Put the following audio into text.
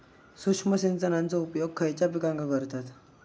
सूक्ष्म सिंचनाचो उपयोग खयच्या पिकांका करतत?